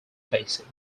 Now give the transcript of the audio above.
facing